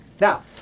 Now